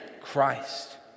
Christ